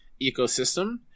ecosystem